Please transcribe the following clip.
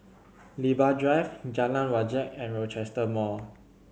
Libra Drive Jalan Wajek and Rochester Mall